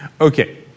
Okay